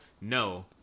No